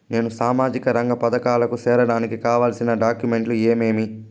నేను సామాజిక రంగ పథకాలకు సేరడానికి కావాల్సిన డాక్యుమెంట్లు ఏమేమీ?